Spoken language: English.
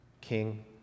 king